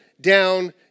down